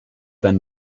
then